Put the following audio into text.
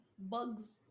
Bugs